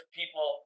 people